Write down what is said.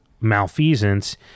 malfeasance